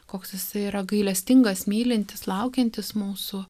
koks jisai yra gailestingas mylintis laukiantis mūsų